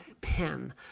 pen